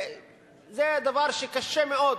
זה דבר קשה מאוד.